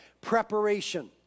preparation